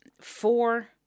four